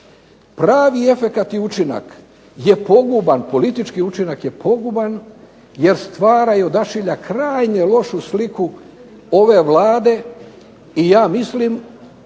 Pravi efekat i učinak je poguban politički učinak je poguban je odašilja krajnje lošu sliku ove Vlade i ja mislim